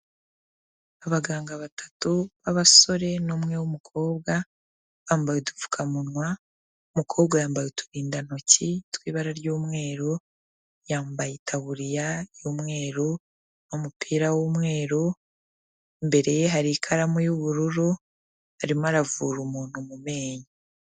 Abaganga batatu b'abasore n'umwe w'umukobwa, bambaye udupfukamunwa umukobwa yambaye uturindantoki tw'ibara ry'umweru, yambaye itaburiya y'umweru n'umupira w'umweru, imbere ye hari ikaramu y'ubururu arimo aravura umuntu mu menyo.